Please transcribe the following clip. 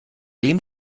dem